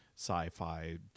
sci-fi